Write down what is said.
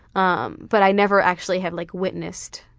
um but i never actually had like witnessed